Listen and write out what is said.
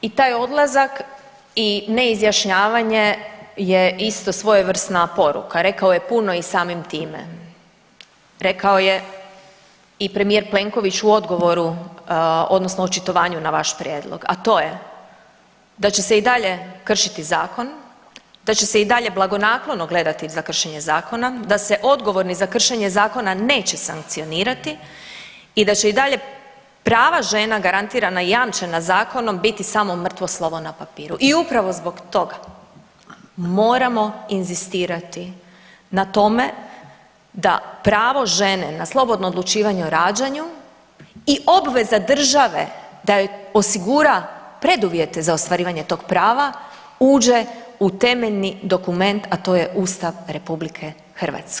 Pa i taj odlazak i neizjašnjavanje je isto svojevrsna poruka, rekao je puno i samim time, rekao je i premijer Plenković u odgovoru odnosno u očitovanju na vaš prijedlog, a to je da će se i dalje kršiti zakon, da će se i dalje blagonaklono gledati za kršenje zakona, da se odgovorni za kršenje zakona neće sankcionirati i da će i dalje prava žena garantirana i jamčena zakonom biti samo mrtvo slovo na papiru i upravo zbog toga moramo inzistirati na tome da pravo žene na slobodno odlučivanje o rađanju i obveza države da joj osigura preduvjete za ostvarivanje tog prava uđe u temeljni dokument, a to je Ustav RH.